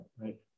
right